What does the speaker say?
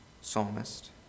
psalmist